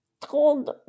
told